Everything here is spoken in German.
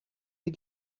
sie